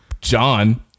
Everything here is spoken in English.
John